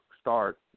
start